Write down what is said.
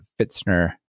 Fitzner